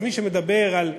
אז מי שמדבר על,